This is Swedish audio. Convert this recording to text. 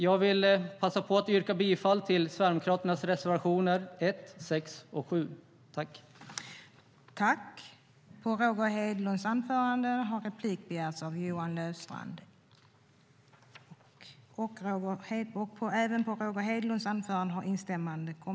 Jag vill yrka bifall till Sverigedemokraternas reservationer 1, 6 och 7.